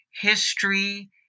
history